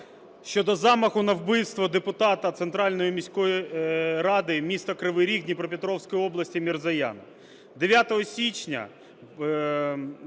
щодо замаху на вбивство депутата центральної міської ради міста Кривий Ріг Дніпропетровської області Мірзояна.